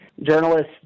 Journalists